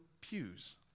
pews